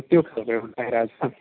त्यो खोज्यो भने पाइहाल्छ